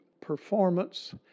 performance